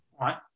Right